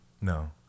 No